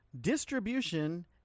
distribution